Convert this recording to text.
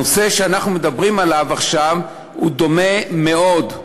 הנושא שאנחנו מדברים עליו עכשיו דומה מאוד,